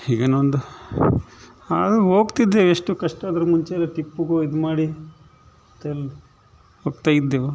ಈಗ ನಾವೊಂದು ಆದರೂ ಹೋಗ್ತಿದ್ವಿ ಎಷ್ಟು ಕಷ್ಟ ಆದರೂ ಮುಂಚೆ ಎಲ್ಲ ಟಿಪ್ಪುಗೋ ಇದು ಮಾಡಿ ಮತ್ತು ಅಲ್ಲಿ ಹೋಗ್ತಾ ಇದ್ದೆವು